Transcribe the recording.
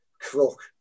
crook